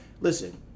listen